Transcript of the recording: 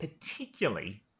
particularly